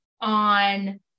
on